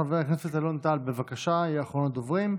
חבר הכנסת אלון טל, בבקשה, יהיה אחרון הדוברים.